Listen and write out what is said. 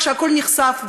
כשהכול נחשף,